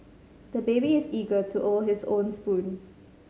the baby is eager to our his own spoon